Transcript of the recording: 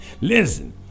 Listen